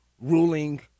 ruling